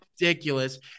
ridiculous